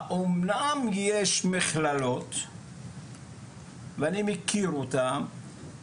אומנם יש מכללות ואני מכיר אותם,